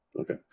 Okay